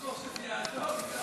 עיסאווי, קבל עוד אחד.